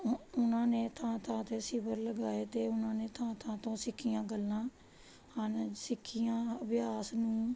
ਉ ਉਹਨਾਂ ਨੇ ਥਾਂ ਥਾਂ 'ਤੇ ਸ਼ਿੱਬਰ ਲਗਾਏ ਅਤੇ ਉਹਨਾਂ ਨੇ ਥਾਂ ਥਾਂ ਤੋਂ ਸਿੱਖੀਆਂ ਗੱਲਾਂ ਹਨ ਸਿੱਖੀਆਂ ਅਭਿਆਸ ਨੂੰ